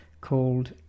called